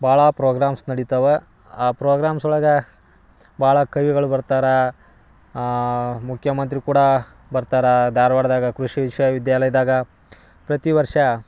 ಭಾಳ ಪ್ರೋಗ್ರಾಮ್ಸ್ ನಡಿತಾವ ಆ ಪ್ರೋಗ್ರಾಮ್ಸ್ ಒಳಗೆ ಭಾಳ ಕವಿಗಳು ಬರ್ತಾರೆ ಮುಖ್ಯಮಂತ್ರಿ ಕೂಡ ಬರ್ತರಾ ಧಾರ್ವಾಡ್ದಾಗ ಕೃಷಿ ವಿಶ್ವ ವಿದ್ಯಾಲಯದಾಗ ಪ್ರತಿ ವರ್ಷ